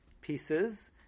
pieces